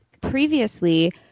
previously